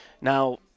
Now